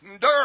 dirt